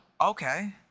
Okay